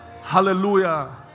Hallelujah